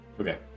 Okay